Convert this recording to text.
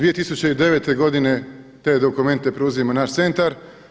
2009. godine te dokumente preuzima naš centar.